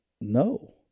No